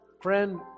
friend